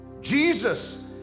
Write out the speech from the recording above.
Jesus